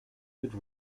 good